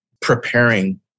preparing